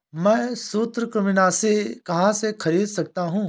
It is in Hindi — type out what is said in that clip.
मैं सूत्रकृमिनाशी कहाँ से खरीद सकता हूँ?